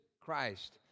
Christ